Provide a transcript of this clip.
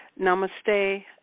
Namaste